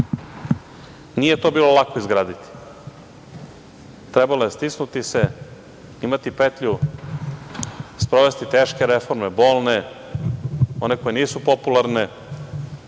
nije to bilo lako izgraditi. Trebalo je stisnuti se, imati petlju, sprovesti teške reforme, bolne, one koje nisu popularne,